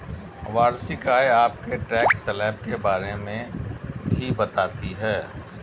वार्षिक आय आपके टैक्स स्लैब के बारे में भी बताती है